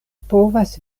povas